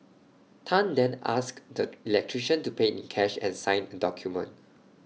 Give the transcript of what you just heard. Tan then asked the electrician to pay in cash and sign A document